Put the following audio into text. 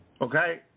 okay